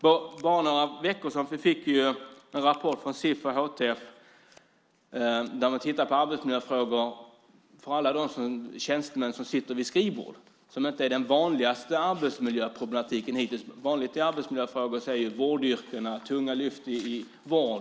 För bara några veckor sedan fick vi en rapport från Sif och HTF, som har tittat på arbetsmiljön för alla tjänstemän som sitter vid skrivbord, som inte är den vanligaste arbetsmiljöproblematiken hittills. Vanligtvis är det problem med arbetsmiljön inom vårdyrkena med tunga lyft.